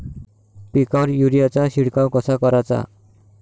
पिकावर युरीया चा शिडकाव कसा कराचा?